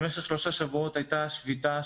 במשך שלושה שבועות הייתה שביתה,